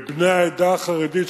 בני העדה החרדית,